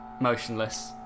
motionless